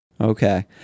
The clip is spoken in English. Okay